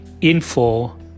info